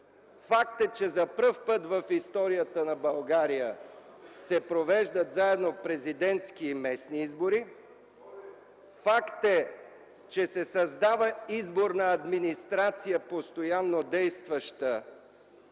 Факт е, че за първи път в историята на България се провеждат заедно президентски и местни избори. Факт е, че се създава изборна администрация, постоянно действаща,